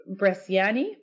Bresciani